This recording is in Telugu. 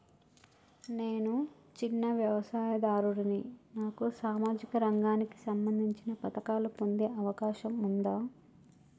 నేను చిన్న వ్యవసాయదారుడిని నాకు సామాజిక రంగానికి సంబంధించిన పథకాలు పొందే అవకాశం ఉందా?